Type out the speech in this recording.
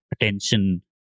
attention